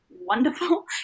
wonderful